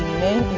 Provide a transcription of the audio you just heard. Amen